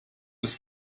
ist